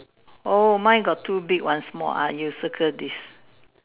oh my got two big one small ah you circle this